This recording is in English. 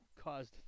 caused